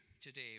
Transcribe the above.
today